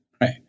right